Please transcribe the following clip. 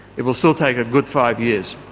it will still take a good five years.